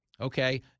okay